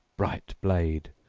bright blade,